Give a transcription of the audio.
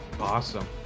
awesome